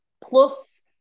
plus